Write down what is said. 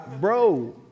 bro